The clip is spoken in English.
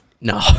No